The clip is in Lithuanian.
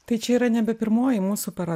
tai čia yra nebe pirmoji mūsų paro